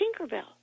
Tinkerbell